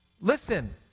Listen